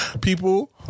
People